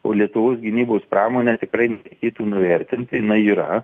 o lietuvos gynybos pramonę tikrai nereikėtų nuvertinti jinai yra